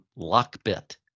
Lockbit